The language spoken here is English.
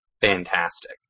fantastic